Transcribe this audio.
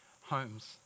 homes